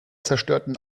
zerstörten